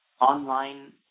online